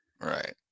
Right